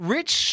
Rich